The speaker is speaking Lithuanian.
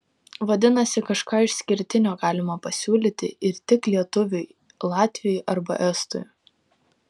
vadinasi kažką išskirtinio galima pasiūlyti ir tik lietuviui latviui arba estui